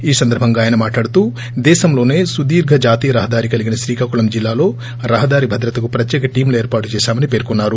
ఈ సందర్బంగా ఆయన మాట్లాడుతూ దేశంలోనే సుదీర్ఘ జాతీయ రహదారి కలిగిన శ్రీకాకుళం జిల్లాలో రహదారి భద్రతకు ప్రత్యేక టీములు ఏర్పాటు చేశామని పేర్కొన్నారు